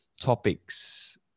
topics